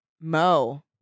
Mo